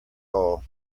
all